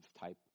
type